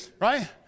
Right